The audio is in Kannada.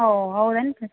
ಓಹ್ ಹೌದೇನ್ ರೀ